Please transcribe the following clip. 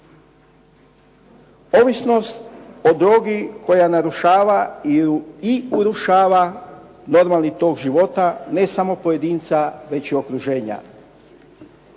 ovisnost o drogi koja narušava i urušava normalni tok života ne samo pojedinca već i okruženja.